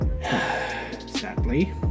Sadly